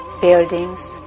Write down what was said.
buildings